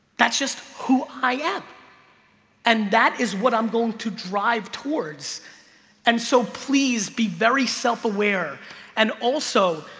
that's just who i am and that is what i'm going to drive towards and so please be very self aware and also,